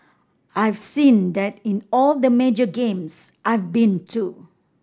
I've seen that in all the major games I've been too